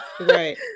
Right